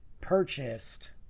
purchased